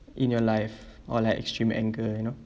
in your life or like extreme anger you know